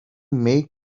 make